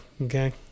Okay